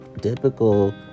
Typical